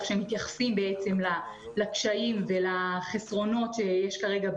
שמתייחסים לקשיים ולחסרונות שיש כרגע.